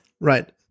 Right